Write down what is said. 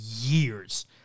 years